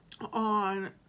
On